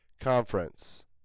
conference